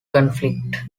conflict